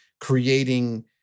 creating